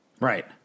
Right